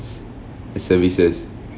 and services